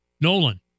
Nolan